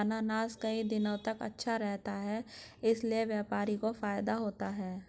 अनानास कई दिनों तक अच्छा रहता है इसीलिए व्यापारी को फायदा होता है